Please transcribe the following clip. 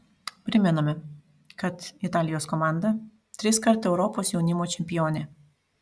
primename kad italijos komanda triskart europos jaunimo čempionė